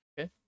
Okay